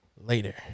later